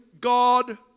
God